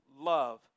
love